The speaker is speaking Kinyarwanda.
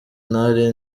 ntari